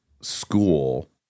school